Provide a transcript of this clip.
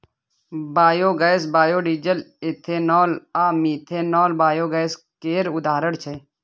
biogas, biodiesel, ethanol आ methanol biogas केर उदाहरण छै